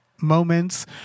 moments